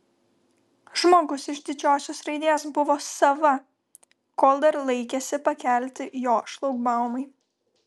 žmogus iš didžiosios raidės buvo sava kol dar laikėsi pakelti jo šlagbaumai